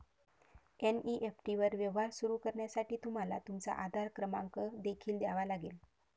NEFT वर व्यवहार सुरू करण्यासाठी तुम्हाला तुमचा आधार क्रमांक देखील द्यावा लागेल